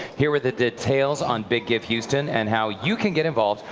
here with the details on big give houston and how you can get involved,